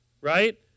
right